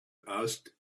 asked